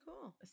cool